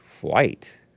white